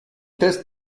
tests